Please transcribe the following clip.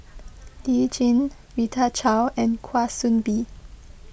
Lee Tjin Rita Chao and Kwa Soon Bee